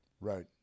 Right